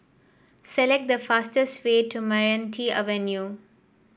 select the fastest way to Meranti Avenue